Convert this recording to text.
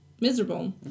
miserable